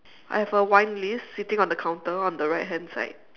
I have a wine list sitting on the counter on the right hand side